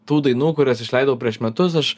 tų dainų kurias išleidau prieš metus aš